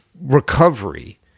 recovery